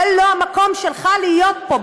זה לא המקום שלך להיות פה,